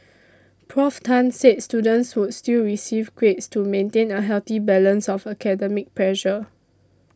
Prof Tan said students would still receive grades to maintain a healthy balance of academic pressure